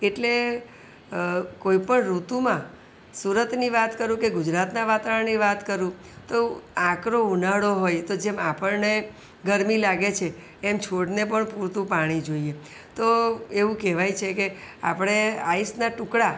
એટલે કોઈપણ ઋતુમાં સુરતની વાત કરું કે ગુજરાતનાં વાતાવરણની વાત કરું તો આકરો ઉનાળો હોય તો જેમ આપણને ગરમી લાગે છે એમ છોડને પણ પૂરતું પાણી જોઈએ તો એવું કહેવાય છે કે આપણે આઈસના ટુકડા